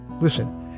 Listen